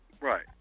Right